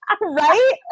Right